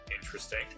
Interesting